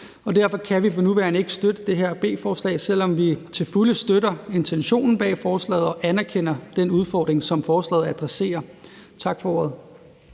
derfor kan vi for nuværende ikke støtte det her B-forslag, selv om vi til fulde støtter intentionen bag forslaget og anerkender den udfordring, som forslaget adresserer. Tak for ordet.